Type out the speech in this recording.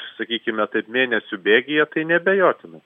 sakykime taip mėnesių bėgyje tai neabejotinai